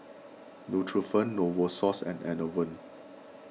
Nutren Novosource and Enervon